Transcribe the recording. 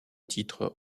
titres